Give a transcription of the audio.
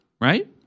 right